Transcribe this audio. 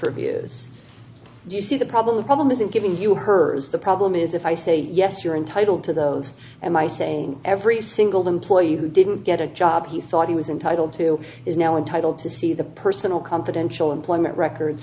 reviews do you see the problem the problem isn't giving you hers the problem is if i say yes you're entitled to those and i saying every single employee who didn't get a job he thought he was entitled to is now entitled to see the personal confidential employment records